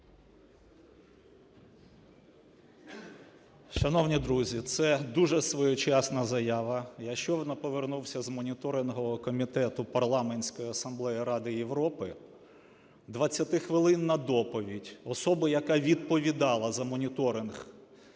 Шановні друзі, це дуже своєчасна заява. Я щойно повернувся з моніторингового комітету Парламентської асамблеї Ради Європи, 20-хвилинна доповідь особи, яка відповідала за моніторинг